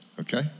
okay